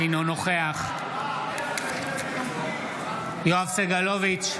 אינו נוכח יואב סגלוביץ'